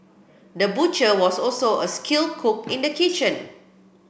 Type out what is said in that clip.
the butcher was also a skilled cook in the kitchen